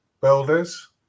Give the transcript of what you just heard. builders